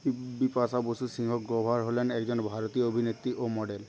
বিপাশা বসু সিংহ গ্রোভার হলেন একজন ভারতীয় অভিনেত্রী ও মডেল